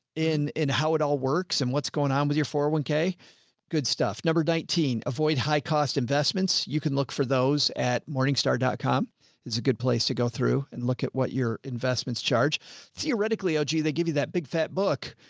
in, in how it all works and what's going on with your four hundred and one k good stuff. number nineteen, avoid high cost investments. you can look for those at morningstar dot com is a good place to go through and look at what your investments charge theoretically. oh, gee, they give you that big fat book.